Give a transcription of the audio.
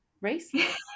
race